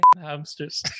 hamsters